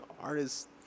artists